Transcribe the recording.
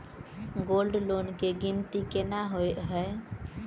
Gold loan केँ गिनती केना होइ हय?